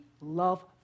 love